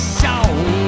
song